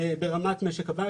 ברמת משק הבית,